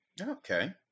Okay